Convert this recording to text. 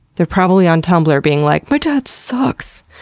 they're probably on tumbler being like, my dad sucks!